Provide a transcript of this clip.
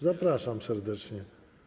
Zapraszam serdecznie.